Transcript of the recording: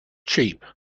cheap